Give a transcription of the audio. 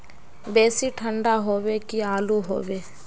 बेसी ठंडा होबे की आलू होबे